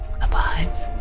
abides